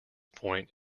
point